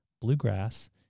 bluegrass